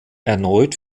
erneut